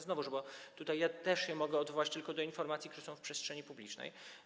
Znowuż - ja tutaj też się mogę odwołać tylko do informacji, które są w przestrzeni publicznej.